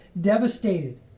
devastated